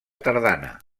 tardana